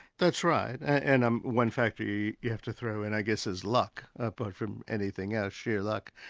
that's right. and um one factor you you have to throw in i guess, is luck, apart from anything else, sheer luck.